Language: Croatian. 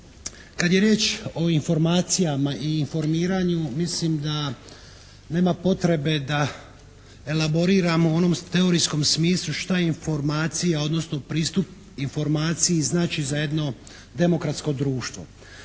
Kad je riječ o informacijama i informiranju mislim da nema potrebe da elaboriramo u onom teorijskom smislu šta je informacija, odnosno pristup informaciji znači za jedno demokratsko društvo.